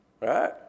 Right